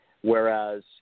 Whereas